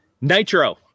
Nitro